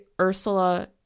Ursula